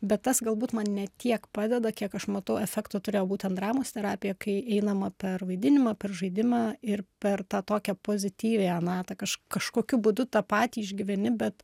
bet tas galbūt man ne tiek padeda kiek aš matau efekto turėjo būtent dramos terapija kai einama per vaidinimą per žaidimą ir per tą tokią pozityviąją kažkokiu būdu tą patį išgyveni bet